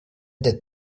that